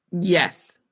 Yes